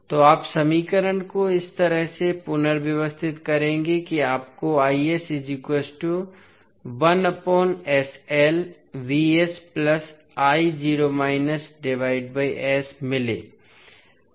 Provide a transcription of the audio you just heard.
तो आप समीकरण को इस तरह से पुनर्व्यवस्थित करेंगे कि आपको मिले